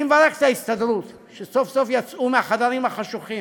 אני מברך את ההסתדרות שסוף-סוף יצאו מהחדרים החשוכים,